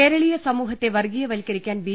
കേരളീയ സമൂ ഹത്തെ വർഗീയ വൽക്കരിക്കാൻ ബി